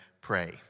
pray